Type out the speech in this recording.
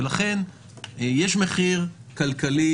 ולכן יש מחיר כלכלי